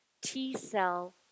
T-cell